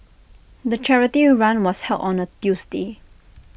the charity run was held on A Tuesday